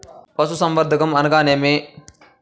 పశుసంవర్ధకం అనగా ఏమి?